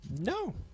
No